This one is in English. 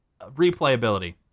replayability